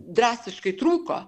drastiškai trūko